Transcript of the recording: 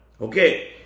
Okay